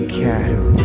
cattle